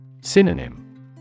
Synonym